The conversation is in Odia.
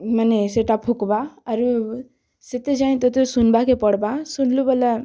ମାନେ ସେଟା ଫୁକ୍ବା ଆରୁ ସେତେ ଯାଏଁ ତୋତେ ଶୁନ୍ବାକେ ପଡ଼୍ବା ଶୁନ୍ଲୁ ବେଲେ